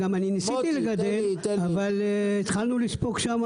ניסיתי לגדל, אבל התחלנו לספוג שם